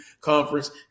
conference